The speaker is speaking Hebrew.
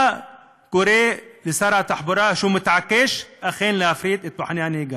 מה קורה לשר התחבורה שהוא מתעקש להפריט את מבחני הנהיגה?